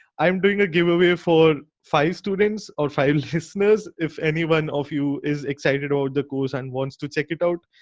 i'm doing a giveaway for five students or five listeners if anyone of you is excited about the course and wants to check it out.